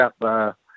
up